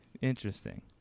interesting